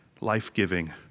life-giving